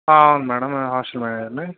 అవును మేడమ్ నేను హాస్టల్ మేనేజర్ని